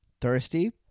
thirsty